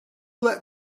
that